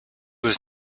was